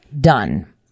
done